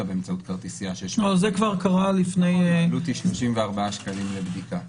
באמצעות כרטיסייה בעלות של 34 שקלים לבדיקה.